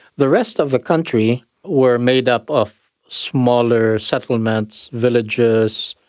the rest of the country were made up of smaller settlements, villages,